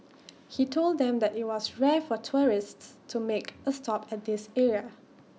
he told them that IT was rare for tourists to make A stop at this area